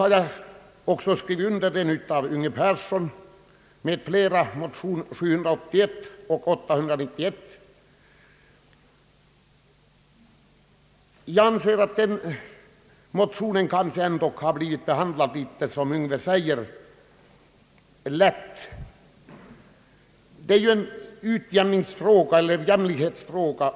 Jag har också undertecknat den av herr Yngve Persson m.fl. avgivna motionen I: 781, som följts upp i en likalydande motion II: 891. De motionerna har, som herr Persson sade, behandlats något lättvindigt av utskottet.